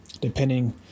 depending